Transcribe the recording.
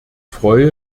freue